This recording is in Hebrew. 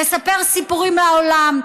לספר סיפורים מהעולם,